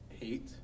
hate